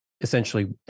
essentially